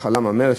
מחלה ממארת,